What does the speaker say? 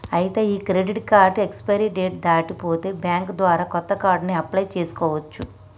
ఐతే ఈ credit card expiry date దాటి పోతే బ్యాంక్ ద్వారా కొత్త కార్డుని అప్లయ్ చేసుకోవచ్చు